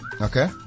Okay